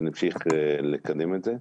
נמשיך לקדם את זה.